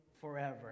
forever